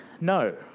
no